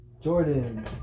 Jordan